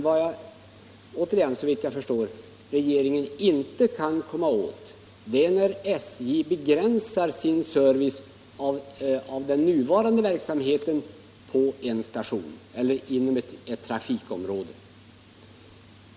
Vad regeringen inte kan komma åt är emellertid — återigen såvitt jag förstår — att SJ begränsar sin nuvarande service på en station eller inom ett trafikområde.